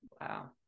Wow